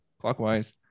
clockwise